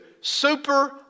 super